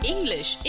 English